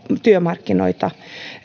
työmarkkinoita